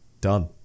Done